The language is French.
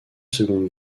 seconde